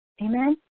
Amen